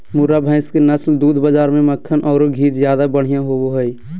मुर्रा भैस के नस्ल के दूध बाज़ार में मक्खन औरो घी ज्यादा बढ़िया होबो हइ